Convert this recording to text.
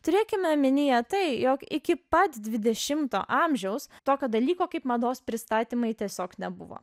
turėkime omenyje tai jog iki pat dvidešimto amžiaus tokio dalyko kaip mados pristatymai tiesiog nebuvo